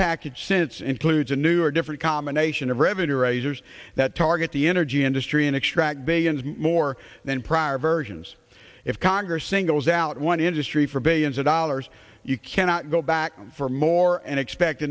package since includes a new or different combination of revenue raisers that target the energy industry and extract billions more than prior versions if congress singles out one industry for billions of dollars you cannot go back for more and expect